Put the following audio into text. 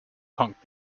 punk